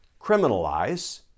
criminalize